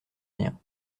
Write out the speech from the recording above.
rien